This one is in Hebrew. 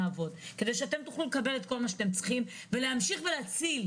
כדי שאתם תוכלו לקבל את כל מה שאתם צריכים ולהמשיך ולהציל.